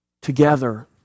together